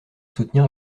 soutenir